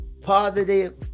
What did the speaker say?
positive